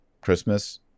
Christmas